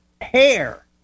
hair